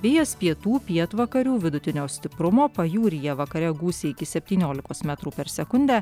vėjas pietų pietvakarių vidutinio stiprumo pajūryje vakare gūsiai iki septyniolikos metrų per sekundę